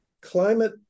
climate